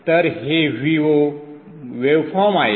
तर हे Vo waveform आहे